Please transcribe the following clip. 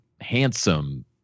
handsome